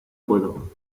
puedo